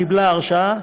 קיבלה הרשאה,